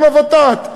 עם הוות"ת,